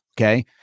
Okay